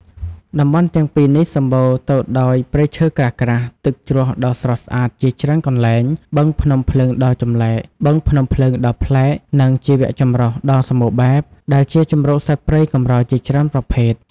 តំបន់ទាំងពីរនេះសម្បូរទៅដោយព្រៃឈើក្រាស់ៗ ទឹកជ្រោះដ៏ស្រស់ស្អាតជាច្រើនកន្លែង បឹងភ្នំភ្លើងដ៏ប្លែក និងជីវចម្រុះដ៏សម្បូរបែប ដែលជាជម្រកសត្វព្រៃកម្រជាច្រើនប្រភេទ។